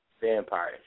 Vampires